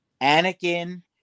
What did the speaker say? Anakin